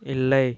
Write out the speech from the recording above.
இல்லை